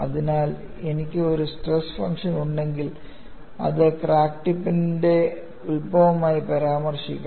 അതിനാൽ എനിക്ക് ഒരു സ്ട്രെസ് ഫംഗ്ഷൻ Z ഉണ്ടെങ്കിൽ അത് ക്രാക്ക് ടിപ്പിനെ ഉത്ഭവമായി പരാമർശിക്കണം